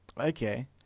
Okay